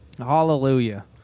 Hallelujah